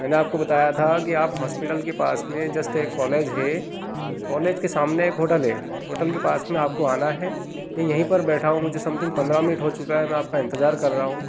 मैंने आपको बताया था कि आप हॉस्पिटल के पास में जस्ट एक कॉलेज है कॉलेज के सामने एक होटल है होटल के पास में आपको आना है मैं यहीं पर बैठा हूँ मुझे समथिंग पंद्रह मिनट हो चुका है मैं आपका इंतजार कर रहा हूँ